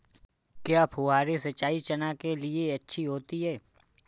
क्या फुहारी सिंचाई चना के लिए अच्छी होती है?